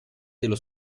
dello